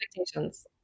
expectations